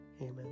Amen